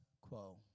quo